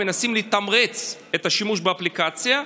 לתמרץ את השימוש באפליקציה.